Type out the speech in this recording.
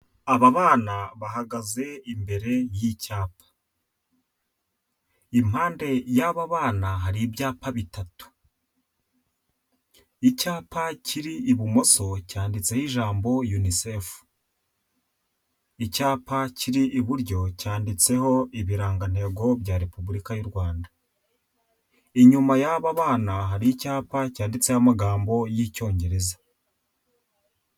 Aba bana bahagaze imbere y'icyapa, impande y'aba bana hari ibyapa bitatu. Icyapa kiri ibumoso cyanditseho ijambo Unicef, Icyapa kiri iburyo cyanditseho ibirangantego bya Repubulika y'u Rwanda, inyuma y'aba bana hari icyapa cyanditseho amagambo y'icyongereza.